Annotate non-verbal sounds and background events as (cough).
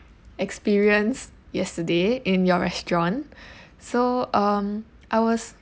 experienced yesterday in your restaurant (breath) so um I was